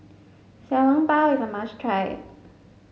Xiao Long Bao is a must try